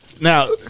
Now